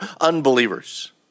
unbelievers